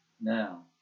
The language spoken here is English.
Now